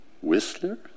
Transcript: Whistler